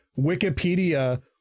Wikipedia